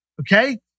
okay